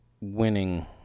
winning